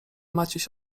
maciuś